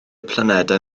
planedau